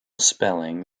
spelling